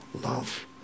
love